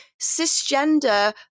cisgender